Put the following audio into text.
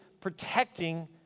protecting